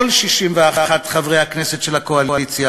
כל 61 חברי הכנסת של הקואליציה: